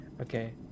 Okay